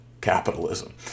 capitalism